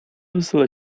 wesela